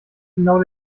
genau